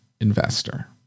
Investor